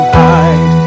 hide